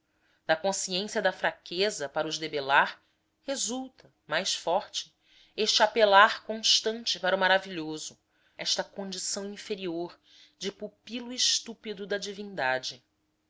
da consciência da fraqueza para os debelar resulta mais forte este apelar constante para o maravilhoso esta condição inferior de pupilo estúpido da divindade